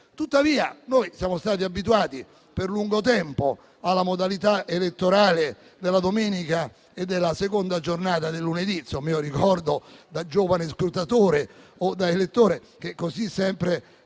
Tuttavia noi siamo stati abituati per lungo tempo alla modalità elettorale della domenica e della seconda giornata del lunedì; ricordo, da giovane scrutatore o da elettore, che così sempre